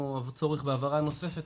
או צורך בהבהרה נוספת,